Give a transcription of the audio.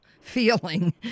feeling